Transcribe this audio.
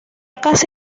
casi